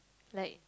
like